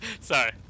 Sorry